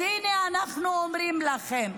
אז הינה אנחנו אומרים לכם: